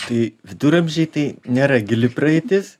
tai viduramžiai tai nėra gili praeitis